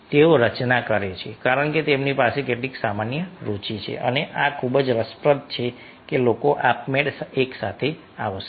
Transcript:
તેઓ રચના કરે છે કારણ કે તેમની પાસે કેટલીક સામાન્ય રુચિ છે અને આ ખૂબ જ રસપ્રદ છે કે લોકો આપમેળે એક સાથે આવશે